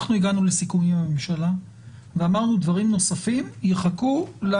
אנחנו הגענו לסיכומים עם הממשלה ואמרנו דברים נוספים יחכו.